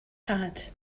had